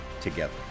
together